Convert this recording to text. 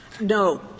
No